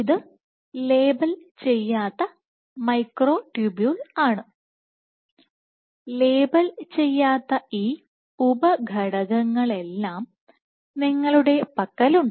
ഇത് ലേബൽ ചെയ്യാത്ത മൈക്രോട്യൂബുളാണ് ലേബൽ ചെയ്യാത്ത ഈ ഉപഘടകങ്ങളെല്ലാം നിങ്ങളുടെ പക്കലുണ്ട്